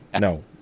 No